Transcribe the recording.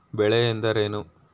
ಬೆಳೆ ಎಂದರೇನು?